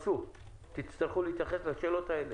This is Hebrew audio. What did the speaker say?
תצטרכו להתייחס לשאלות האלה.